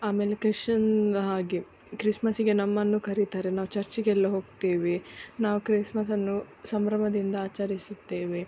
ಆಮೇಲೆ ಕ್ರಿಶ್ಯನ್ ಹಾಗೆ ಕ್ರಿಸ್ಮಸ್ಸಿಗೆ ನಮ್ಮನ್ನು ಕರಿತಾರೆ ನಾವು ಚರ್ಚಿಗೆಲ್ಲ ಹೋಗ್ತೇವೆ ನಾವು ಕ್ರಿಸ್ಮಸನ್ನು ಸಂಭ್ರಮದಿಂದ ಆಚರಿಸುತ್ತೇವೆ